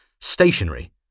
stationary